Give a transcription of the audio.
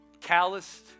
calloused